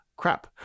crap